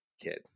kid